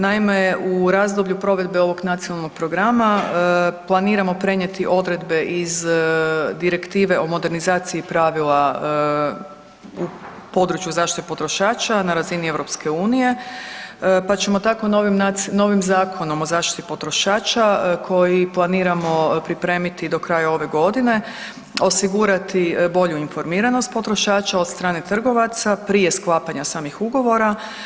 Naime, u razdoblju provedbe ovog nacionalnog programa planiramo prenijeti odredbe iz direktive o modernizaciji pravila u području zaštite potrošača na razini EU, pa ćemo tako novim Zakonom o zaštiti potrošača koji planiramo pripremiti do kraja ove godine osigurati bolju informiranost potrošača od strane trgovaca prije sklapanja samih ugovor.